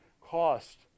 cost